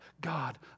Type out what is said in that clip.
God